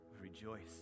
rejoice